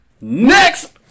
Next